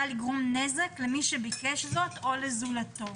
לגרום נזק למי שביקש זאת או לזולתו.